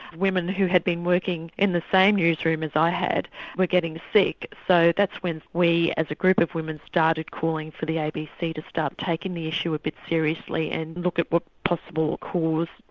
women who had been working in the same newsroom as i had were getting sick. so that's when we as a group of women started calling for the abc to start taking the issue a bit seriously and look at what possible cause